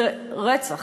זה רצח,